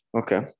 Okay